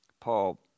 Paul